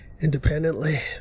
Independently